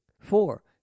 Four